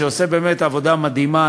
שעושה עבודה מדהימה,